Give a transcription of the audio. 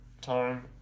time